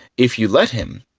if you let him,